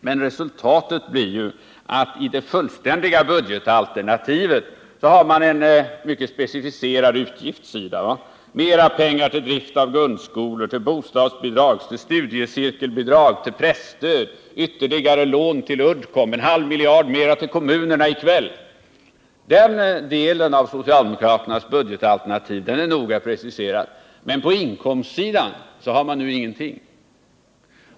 Men resultatet blir ju att man i det fullständiga budgetalternativet har en mycket specificerad utgiftssida — mer pengar till drift av grundskolor, bostadsbidrag, studiecirkelbidrag, presstöd, ytterligare lån till Uddcomb och en halv miljard mer till kommunerna senare i dag. Den delen av socialdemokraternas budgetalternativ är noga preciserad. På inkomstsidan däremot har man ingenting.